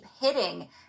hitting